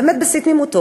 באמת בשיא תמימותו,